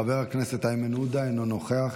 חבר הכנסת איימן עודה, אינו נוכח.